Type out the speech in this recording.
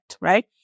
Right